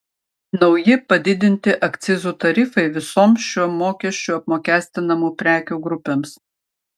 nauji padidinti akcizų tarifai visoms šiuo mokesčiu apmokestinamų prekių grupėms